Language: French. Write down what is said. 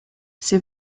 ses